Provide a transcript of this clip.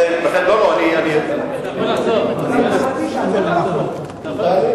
חבר הכנסת טלב, תן לי, מותר לך לחזור.